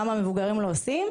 למה המבוגרים לא עושים,